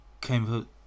came